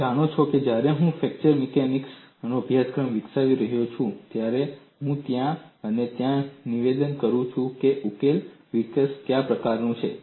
તમે જાણો છો કે જ્યારે હું ફ્રેક્ચર મિકેનિક્સનો અભ્યાસક્રમ વિકસાવી રહ્યો છું ત્યારે હું ત્યાં અને ત્યાં નિર્દેશ કરું છું ઉકેલ વિકાસ કયા પ્રકારનું છે